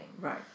Right